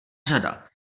řada